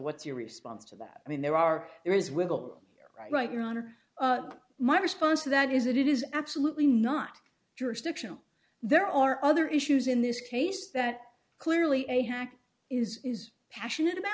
what's your response to that i mean there are there is wiggle right your honor my response to that is that it is absolutely not jurisdictional there are other issues in this case that clearly a hack is is passionate about